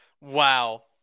Wow